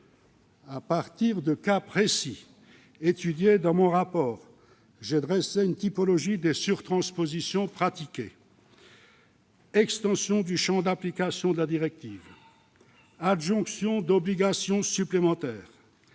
À partir de cas précis étudiés dans mon rapport, j'ai dressé une typologie des surtranspositions pratiquées : extension du champ d'application de la directive, adjonction d'obligations supplémentaires,